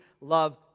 love